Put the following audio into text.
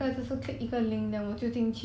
mm